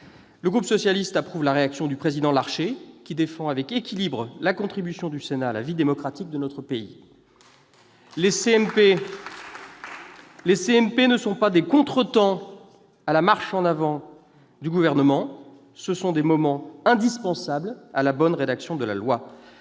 et républicain approuve donc la réaction du président Larcher, lequel défend, avec un sens de l'équilibre, la contribution du Sénat à la vie démocratique de notre pays. Les CMP ne sont pas des contretemps à la marche en avant du Gouvernement ; ce sont des moments indispensables à la bonne rédaction de la loi.